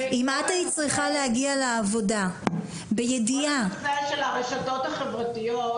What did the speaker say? אם היית צריכה להגיע לעבודה בידיעה --- כל העניין של הרשתות החברתיות,